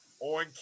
On